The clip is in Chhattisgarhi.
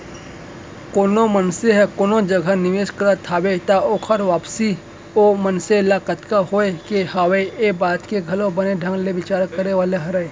कोनो मनसे ह कोनो जगह निवेस करत हवय त ओकर वापसी ओ मनसे ल कतका होय के हवय ये बात के घलौ बने ढंग ले बिचार करे वाले हरय